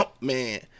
Man